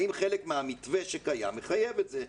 האם חלק מהמתווה שקיים מחייב את זה?